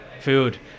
food